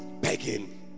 begging